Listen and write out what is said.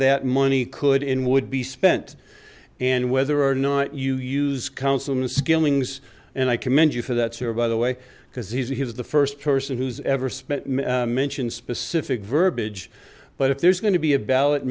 that money could in would be spent and whether or not you use councilman skilling's and i commend you for that sir by the way because he is the first person who's ever spent mention specific verbiage but if there's going to be a ballot